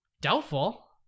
Doubtful